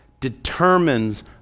determines